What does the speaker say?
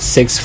Six